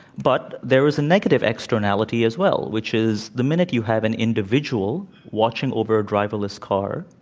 but there is a negative externality as well, which is the minute you have an individual watching over a driverless car,